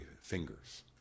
fingers